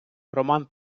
роман